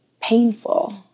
painful